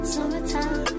Summertime